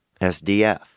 SDF